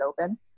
open